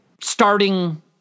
starting